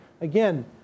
Again